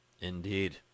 indeed